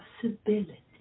possibility